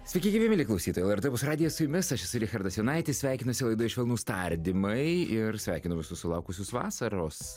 sveiki gyvi klausytojai lrt opus radijas su jumis aš esu richardas jonaitis sveikinuosi laidoj švelnūs tardymai ir sveikinu visus sulaukusius vasaros